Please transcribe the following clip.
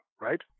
right